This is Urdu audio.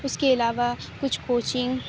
اس کے علاوہ کچھ کوچنگ